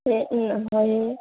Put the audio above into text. এই উম হয়েই